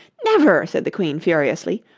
never! said the queen furiously,